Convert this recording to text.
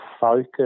focus